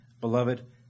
Beloved